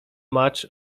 match